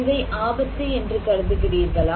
இதை ஆபத்து என்று கருதுகிறீர்களா